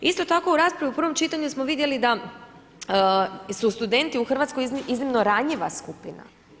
Isto tako u raspravi u prvom čitanju smo vidjeli da su studenti u Hrvatskoj iznimno ranjiva skupina.